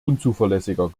unzuverlässiger